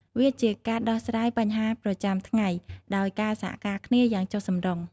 វាជាការដោះស្រាយបញ្ហាប្រចាំថ្ងៃដោយការសហការគ្នាយ៉ាងចុះសម្រុង។